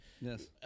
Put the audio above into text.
Yes